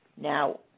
Now